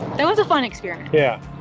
that was a fun experience. yeah,